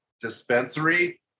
dispensary